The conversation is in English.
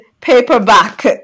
paperback